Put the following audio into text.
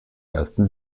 ersten